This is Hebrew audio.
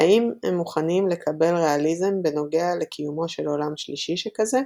אם הם מוכנים לקבל ריאליזם בנוגע לקיומו של עולם שלישי שכזה,